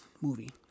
movie